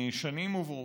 שנים עוברות,